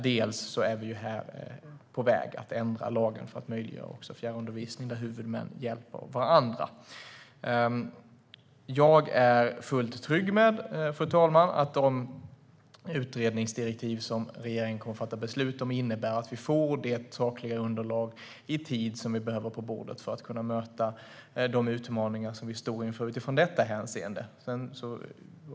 Vi är på väg att ändra lagen för att också möjliggöra fjärrundervisning där huvudmän hjälper varandra. Fru talman! Jag är fullt trygg med att de utredningsdirektiv som regeringen kommer att fatta beslut om innebär att vi i tid får det sakliga underlag på bordet som vi behöver för att kunna möta de utmaningar vi står inför utifrån detta hänseende.